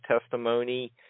testimony